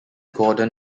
gordon